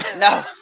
No